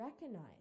recognize